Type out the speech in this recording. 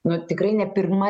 nu tikrai ne pirma